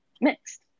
mixed